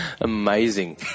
Amazing